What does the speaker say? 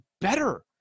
better